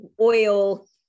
oil